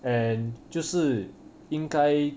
and 就是应该